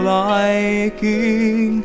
liking